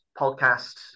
podcast